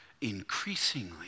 increasingly